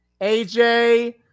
AJ